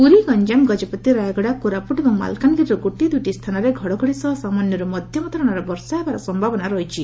ପୁରୀ ଗଞ୍ଠାମ ଗଜପତି ରାୟଗଡା କୋରାପୁଟ ଏବଂ ମାଲକାନଗିରିର ଗୋଟିଏଦୁଇଟି ସ୍ଥାନରେ ଘଡ଼ଘଡ଼ି ସହ ସାମାନ୍ୟରୁ ମଧ୍ଧମ ଧରଣର ବର୍ଷା ସମାବନା ରହିଛି